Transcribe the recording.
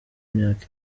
myaka